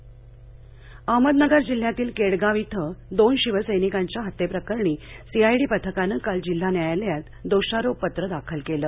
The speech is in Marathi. दोषारोपपञः अहमदनगर जिल्ह्यातील केडगाव इथं दोन शिवसैनिकांच्या हत्ये प्रकरणी सीआयडी पथकानं काल जिल्हा न्यायालयात दोषारोपपत्र दाखल केले